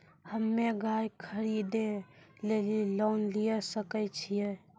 हम्मे गाय खरीदे लेली लोन लिये सकय छियै?